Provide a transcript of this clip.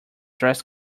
dress